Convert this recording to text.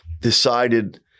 decided